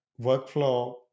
workflow